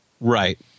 Right